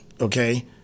okay